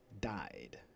died